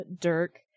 dirk